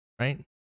right